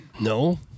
No